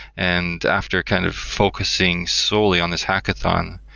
and after kind of focusing solely on this hackathon,